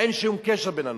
אין שום קשר בין הנושאים.